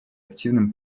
активным